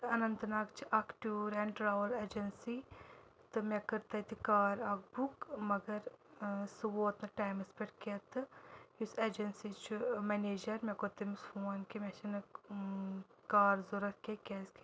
اننت ناگ چھِ اَکھ tour and travel agency تہٕ مےٚ کٔر تَتہِ کار اَکھ بُک مگر سُہ ووت نہٕ ٹایمَس پٮ۪ٹھ کیٚنٛہہ تہٕ یُس اٮ۪جَنسی چھُ مٮ۪نیجَر مےٚ کوٚر تٔمِس فون کہِ مےٚ چھنہٕ کار ضوٚرَتھ کیٚنٛہہ کیٛازکہِ